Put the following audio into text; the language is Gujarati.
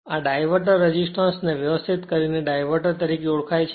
આ ડાયવર્ટર રેસિસ્ટન્સ ને વ્યવસ્થિત કરીને ડાયવર્ટર તરીકે ઓળખાય છે